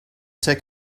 take